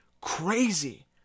Crazy